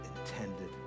intended